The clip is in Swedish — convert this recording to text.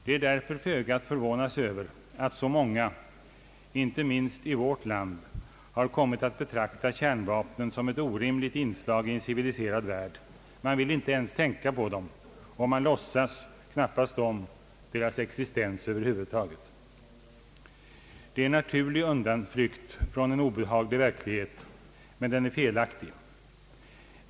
Det är därför föga att förvåna sig över att så många, inte minst i vårt land, har kommit att betrakta kärnvapnen som ett orimligt inslag i en civiliserad värld. Man vill inte ens tänka på dem och man låtsas knappast om deras existens över huvud taget. Det är en naturlig undanflykt från en obehaglig verklighet, men den är felaktig.